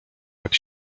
jak